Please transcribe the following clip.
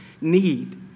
need